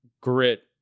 grit